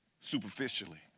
superficially